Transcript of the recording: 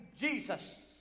Jesus